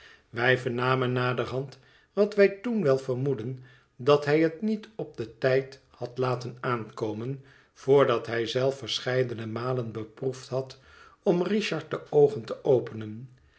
wij vernamen naderhand wat wij toen wel vermoedden dat hij het niet op den tijd had laten aankomen voordat hij zelf verscheidene malen beproefd had om richard de oogen te openen